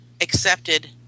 accepted